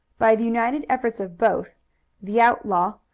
by the united efforts of both the outlaw,